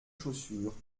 chaussures